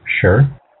Sure